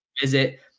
visit